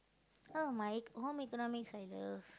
oh my home-economics I love